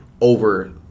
over